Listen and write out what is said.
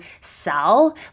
sell